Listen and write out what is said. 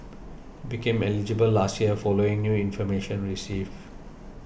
he became eligible last year following new information received